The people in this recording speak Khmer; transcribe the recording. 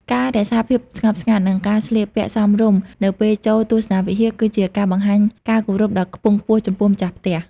ការរក្សាភាពស្ងប់ស្ងាត់ និងការស្លៀកពាក់សមរម្យនៅពេលចូលទស្សនាវិហារ គឺជាការបង្ហាញការគោរពដ៏ខ្ពង់ខ្ពស់ចំពោះម្ចាស់ផ្ទះ។